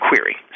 query